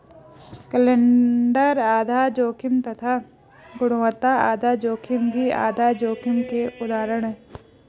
calendar आधार जोखिम तथा गुणवत्ता आधार जोखिम भी आधार जोखिम के उदाहरण है